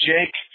Jake